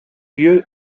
lieu